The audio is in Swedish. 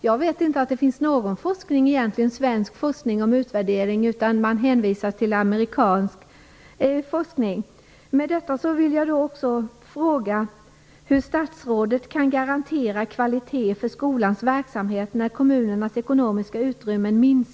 Jag vet inte att det finns någon svensk forskning om utvärdering, utan man hänvisas till amerikansk forskning.